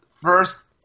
first